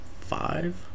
five